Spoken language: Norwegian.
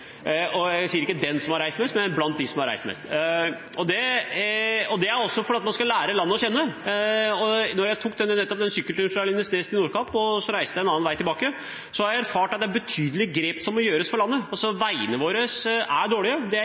distriktene. Jeg sier ikke den som har reist mest, men blant dem som har reist mest. Det er også for å lære landet å kjenne. Jeg tok nettopp en sykkeltur fra Lindesnes til Nordkapp og reiste en annen vei tilbake. Jeg har erfart at det er betydelige grep som må tas for landet. Veiene våre er dårlige, det er